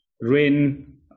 rain